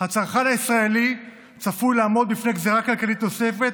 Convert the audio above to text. הצרכן הישראלי צפוי לעמוד בפני גזרה כלכלית נוספת